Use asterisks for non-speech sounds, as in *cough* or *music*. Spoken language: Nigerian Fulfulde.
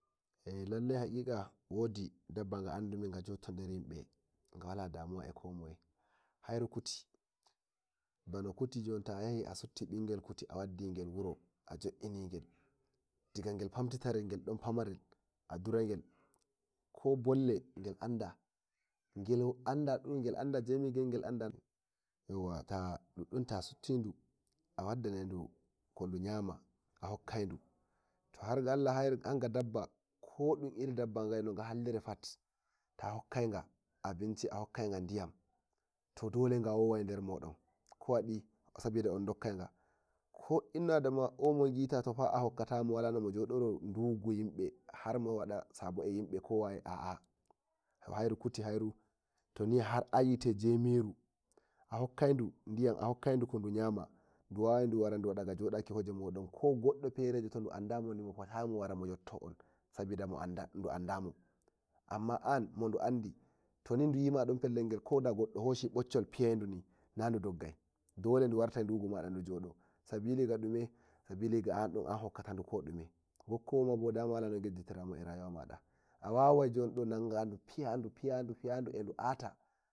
Eh lallai hakika wodi dabba nga andumi jutto nder yimbe ga wala damuwa eh ko moye hairu kuti *noise* bano kuti ta yahi a sutti mɓingel kuti a waddi gel wuro a joenigel diga ngeldon pampatarel a duragel e aduragel *noise* ko bolle ngel anda *noise* ngel anda jomigel yauwa ta sutti du a wadda naiɗu ko ɗuyema a hokaidu to har ga Allah haga dabba ko irin dabba no ga halliri fat ta ahokkaiga abinci ahokkaiga diyam to dole ga wowai dermodon ko adi sabida an dokkaiga ko ibnu adama oh mogita ta hokkatamo wala no modaro ndugu yimbe hairu kuti hairu toni har anwite jomiru a hokkaidu diyam a hokkaidu kodu nyama du wawai du wadaga jodaki hoje modon ko goddo fere todu andamoni mofotayi mowara moyotto on sabid ndu andamo amma an modu andi toni duyima eh fellel gel ka goddo Hoshi boccol fiyayi duni du fotayi du doggai ndu wurtai hoje mada sabida dume sabida an haka tadu ko dume gokkwoma ba walana gejjitir tadum eh rayuwa a a wawa joni do nanga du fiya ɗu piya ɗu piya a ɗu ahta.